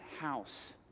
house